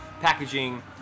packaging